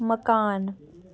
मकान